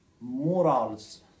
morals